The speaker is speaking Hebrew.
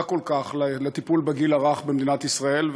כל כך לטיפול בגיל הרך במדינת ישראל,